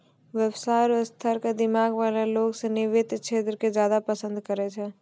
व्यवसाय र स्तर क दिमाग वाला लोग सिनी वित्त क्षेत्र क ज्यादा पसंद करै छै